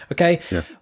okay